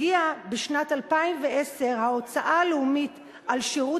הגיעה בשנת 2010 ההוצאה הלאומית על שירות